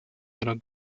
ihrer